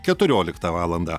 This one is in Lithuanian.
keturioliktą valandą